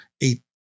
eight